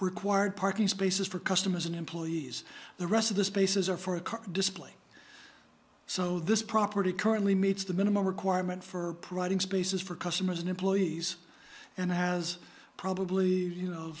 required parking spaces for customers and employees the rest of the spaces are for a car display so this property currently meets the minimum requirement for providing spaces for customers and employees and has probably you know